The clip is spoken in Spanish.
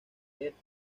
ernst